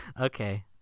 Okay